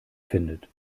findet